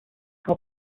hub